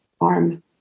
arm